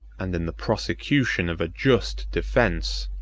and, in the prosecution of a just defence,